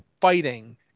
fighting